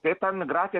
tai ta migracija